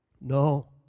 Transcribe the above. No